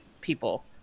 people